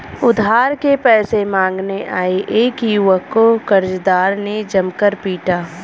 उधार के पैसे मांगने आये एक युवक को कर्जदार ने जमकर पीटा